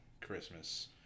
Christmas